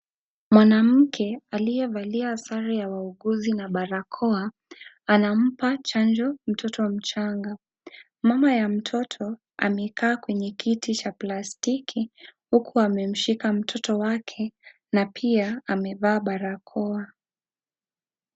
Mwanamke aliyevalia sare ya wauguzi na barakoa, anampa chanjo mtoto mchanga, mama ya mtoto, amekaa kwenye kiti cha plastiki, huku amemshika mtoto wake, na pia amevaa barakoa.